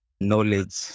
knowledge